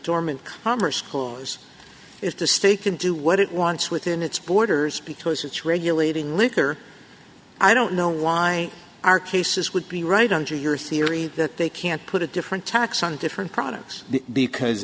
dormant commerce clause is to stay can do what it wants within its borders because it's regulating liquor i don't know why our cases would be right under your theory that they can't put a different tax on different products because